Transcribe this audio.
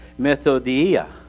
methodia